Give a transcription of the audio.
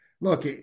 look